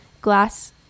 glass